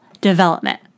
development